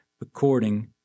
according